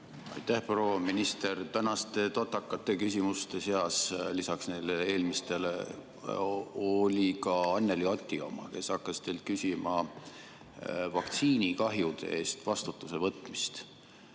Aitäh! Proua minister! Tänaste totakate küsimuste seas lisaks neile eelmistele oli ka Anneli Oti oma, kes hakkas teilt küsima vaktsiinikahjude eest vastutuse võtmise